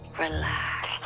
relax